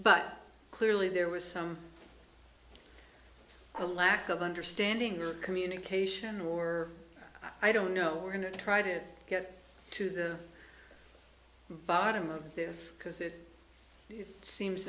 but clearly there was some a lack of understanding or communication or i don't know we're going to try to get to the bottom of this because it seems